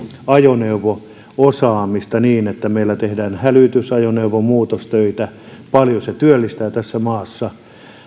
ajoneuvo osaamista niin että meillä tehdään hälytysajoneuvojen muutostöitä paljon se työllistää tässä maassa